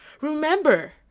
Remember